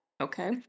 okay